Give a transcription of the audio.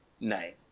name